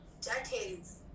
decades